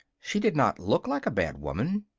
she did not look like a bad woman.